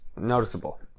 noticeable